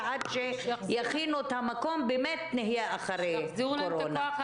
ועד שיכינו את המקום באמת נהיה אחרי הקורונה.